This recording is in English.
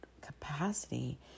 capacity